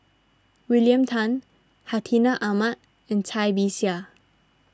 William Tan Hartinah Ahmad and Cai Bixia